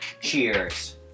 cheers